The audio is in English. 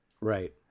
Right